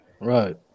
right